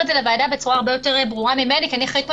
לוועדה בצורה הרבה יותר ברורה ממני כי אני אחראית פה